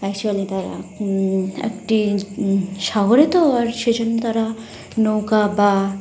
actually তারা একটি সাগরে তো আর সেই জন্য তারা নৌকা বা